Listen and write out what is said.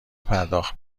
پرداخت